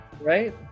Right